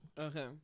Okay